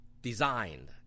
Designed